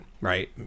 Right